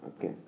Okay